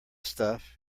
stuff